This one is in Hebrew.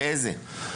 ואיזה טיפול.